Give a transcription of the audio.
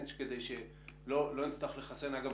הן כדי שלא נצטרך לחסן אגב,